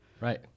Right